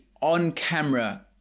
on-camera